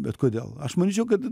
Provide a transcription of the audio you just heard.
bet kodėl aš manyčiau kad